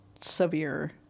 severe